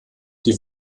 die